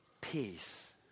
peace